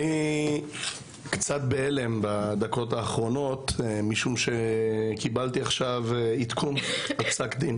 אני קצת בהלם בדקות האחרונות משום שקיבלתי עכשיו עדכון של פסק דין